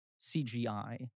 CGI